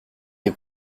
des